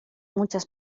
muchas